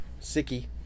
sicky